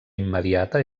immediata